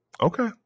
Okay